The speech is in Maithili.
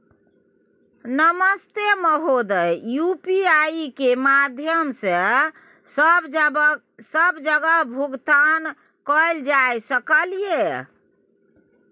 नमस्ते महोदय, यु.पी.आई के माध्यम सं सब जगह भुगतान कैल जाए सकल ये?